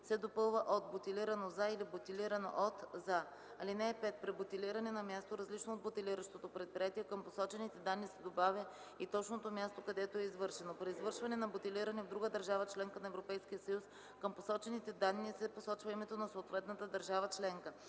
се допълва от „бутилирано за” или „бутилирано от – за”. (5) При бутилиране на място, различно от бутилиращото предприятие, към посочените данни се добавя и точното място, където е извършено. При извършване на бутилиране в друга държава-членка на Европейския съюз към посочените данни се посочва името на съответната държава членка.